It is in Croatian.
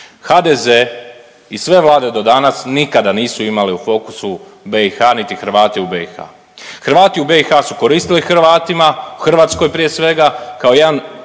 HDZ i sve vlade do danas nikada nisu imale u fokusu BiH niti Hrvate u BiH. Hrvati u BiH su koristili Hrvatima u Hrvatskoj prije svega kao jedan